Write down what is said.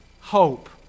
hope